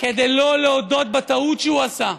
כדי לא להודות בטעות שהוא עשה,